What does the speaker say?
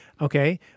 Okay